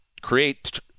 create